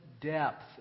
depth